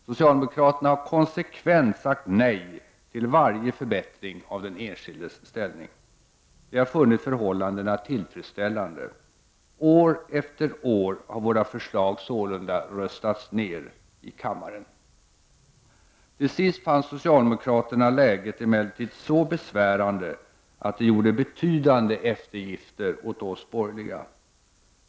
Socialdemokraterna har konsekvent sagt nej till varje förbättring av den enskildes ställning. De har funnit förhållandena tillfredsställande. År efter år har våra förslag sålunda röstats ned i kammaren. Till sist fann socialdemokraterna läget emellertid så besvärande att de gjorde betydande eftergifter åt oss borgerliga.